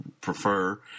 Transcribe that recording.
prefer